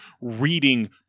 reading